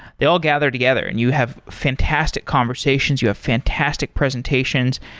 they all gather together, and you have fantastic conversations. you have fantastic presentations,